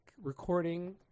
recording